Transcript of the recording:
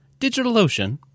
DigitalOcean